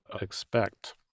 expect